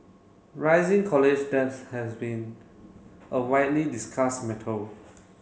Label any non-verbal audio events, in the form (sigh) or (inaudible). rising college debts has been a widely discussed (unintelligible)